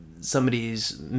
somebody's